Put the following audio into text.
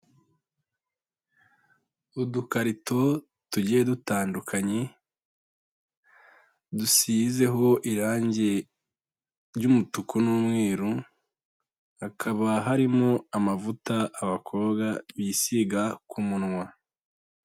Udukarito tugiye dutandukanye dusizeho irangi ry'umutuku n'umweru hakaba harimo amavuta abakobwa bisiga ku munwa.